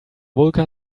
vulkan